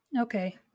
Okay